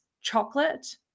chocolate